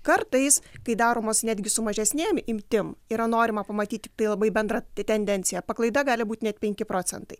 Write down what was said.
kartais kai daromos netgi su mažesnėm imtim yra norima pamatyt tiktai labai bendrą tendenciją paklaida gali būt net penki procentai